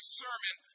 sermon